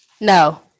no